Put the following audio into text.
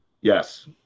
Yes